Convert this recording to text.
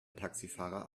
taxifahrer